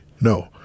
No